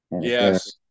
Yes